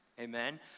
Amen